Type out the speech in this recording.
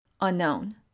Unknown